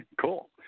Cool